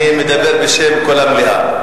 אני מדבר בשם כל המליאה.